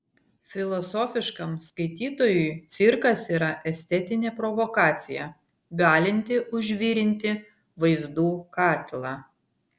filosofiškam skaitytojui cirkas yra estetinė provokacija galinti užvirinti vaizdų katilą